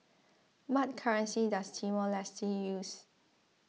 what currency does Timor Leste use